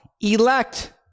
elect